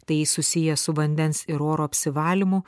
tai susiję su vandens ir oro apsivalymu